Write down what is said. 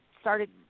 started